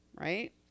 right